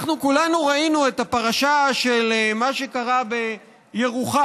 כולנו ראינו את הפרשה של מה שקרה בירוחם,